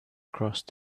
crossed